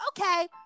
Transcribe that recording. okay